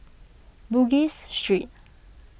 Bugis Street